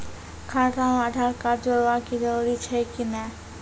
खाता म आधार कार्ड जोड़वा के जरूरी छै कि नैय?